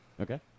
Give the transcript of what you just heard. Okay